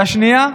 השנייה,